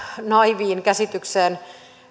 naiiviin käsitykseen